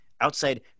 outside